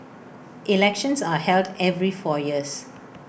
elections are held every four years